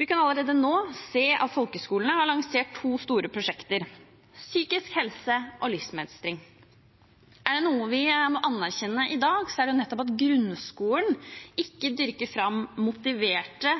Vi kan allerede nå se at folkehøgskolene har lansert to store prosjekter: psykisk helse og livsmestring. Er det noe vi må anerkjenne i dag, er det nettopp at grunnskolen ikke dyrker fram motiverte